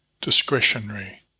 discretionary